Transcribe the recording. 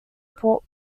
port